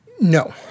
No